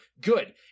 Good